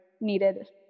needed